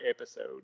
episode